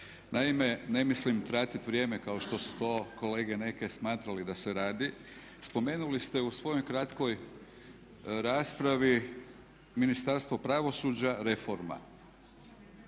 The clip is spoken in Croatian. Naime, ne mislim tratit vrijeme kao što su to kolege neke smatrali da se radi. Spomenuli ste u svojoj kratkoj raspravi Ministarstvo pravosuđa reforma.